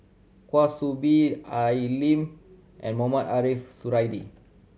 Kwa Soon Bee Al E Lim and Mohamed Ariff Suradi